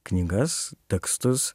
knygas tekstus